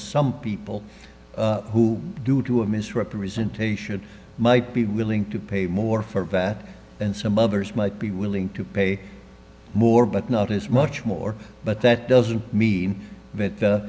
some people who due to a misrepresentation might be willing to pay more for that and some others might be willing to pay more but not as much more but that doesn't mean that